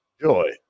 Joy